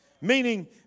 Meaning